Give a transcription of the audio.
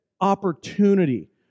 opportunity